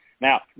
Now